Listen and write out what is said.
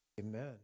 Amen